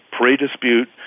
pre-dispute